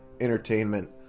entertainment